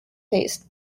taste